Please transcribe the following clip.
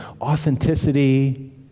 authenticity